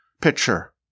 picture